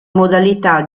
modalità